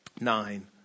nine